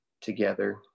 together